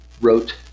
wrote